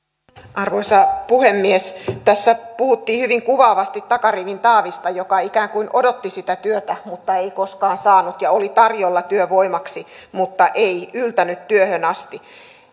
arvoisa puhemies tässä puhuttiin hyvin kuvaavasti takarivin taavista joka ikään kuin odotti sitä työtä mutta ei koskaan saanut ja oli tarjolla työvoimaksi mutta ei yltänyt työhön asti